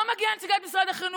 לא מגיעה נציגת משרד החינוך,